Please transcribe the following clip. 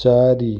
ଚାରି